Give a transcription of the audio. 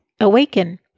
awaken